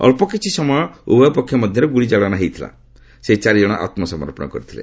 ଅଳ୍ପ କିଛି ସମୟ ଉଭୟ ପକ୍ଷ ମଧ୍ୟରେ ଗୁଳିଚାଳନା ପରେ ସେହି ଚାରିଜଣ ଆତ୍ମ ସମର୍ପଣ କରିଥିଲେ